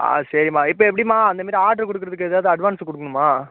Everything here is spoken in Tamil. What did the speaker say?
ஆ சரிம்மா இப்போ எப்படிம்மா அந்த மாரி ஆட்ரு கொடுக்கறதுக்கு ஏதாவது அட்வான்ஸ் கொடுக்கணுமா